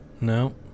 No